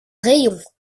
rayons